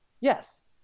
Yes